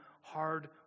hard